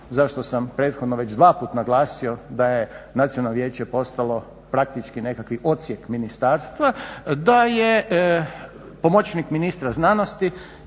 zašto sam prethodno već dvaput naglasio da je Nacionalno vijeće postalo praktički nekakav odsjek ministarstva, da je pomoćnik ministra znanosti,